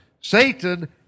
Satan